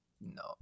no